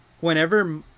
whenever